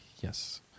yes